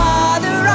Father